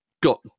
got